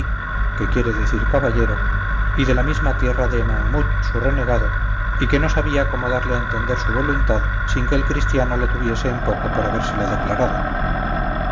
decían que era chilibí que quiere decir caballero y de la misma tierra de mahamut su renegado y que no sabía cómo darle a entender su voluntad sin que el cristiano la tuviese en poco por habérsela declarado